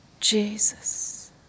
Jesus